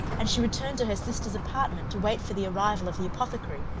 and she returned to her sister's apartment to wait for the arrival of the apothecary,